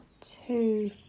two